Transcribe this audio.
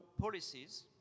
policies